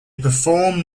perform